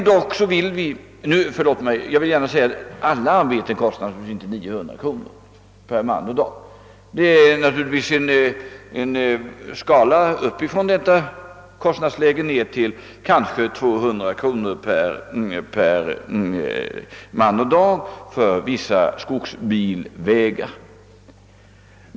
Jag vill också tillägga, att alla arbeten naturligtvis inte kostar 900 kronor per man och dag, utan skalan går upp ifrån det kostnadsläget och ned till kanske vägar 200 kronor per man och dag för vissa skogsbilvägar.